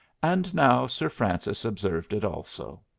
and now sir francis observed it also.